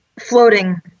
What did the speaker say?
floating